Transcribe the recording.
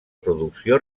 producció